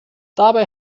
dabei